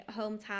hometown